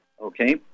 okay